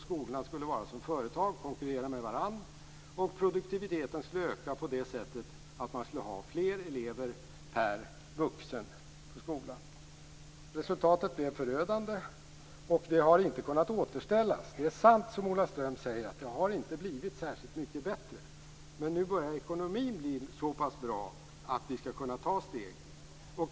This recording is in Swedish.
Skolorna skulle vara som företag, konkurrera med varandra, och produktiviteten skulle öka genom att man skulle ha fler elever per vuxen i skolan. Resultatet blev förödande, och det har inte kunnat återställas. Det är sant, som Ola Ström säger, att det inte har blivit särskilt mycket bättre. Men nu börjar ekonomin bli så pass bra att vi skall kunna ta steget.